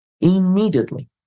immediately